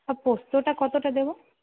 আর পোস্তটা কতটা দেব